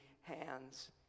hands